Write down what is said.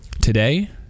Today